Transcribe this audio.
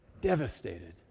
Devastated